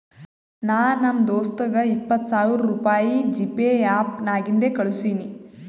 ನಾ ನಮ್ ದೋಸ್ತಗ ಇಪ್ಪತ್ ಸಾವಿರ ರುಪಾಯಿ ಜಿಪೇ ಆ್ಯಪ್ ನಾಗಿಂದೆ ಕಳುಸಿನಿ